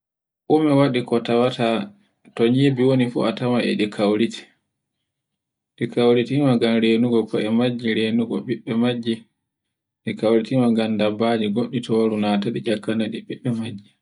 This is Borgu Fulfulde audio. Um waɗi ko tawaata, to nyi me woni fu atawai be kawriti. ɗi kawriti ngam renuki koe majji renugo ɓiɓɓe majje ɗi kawti ngam dabbaji goɗɗi nata nabe ekkanabbe ɓiɓɓe majji.